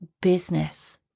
business